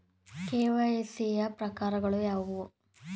KYC ಯ ಪ್ರಕಾರಗಳು ಯಾವುವು?